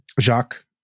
Jacques